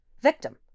victim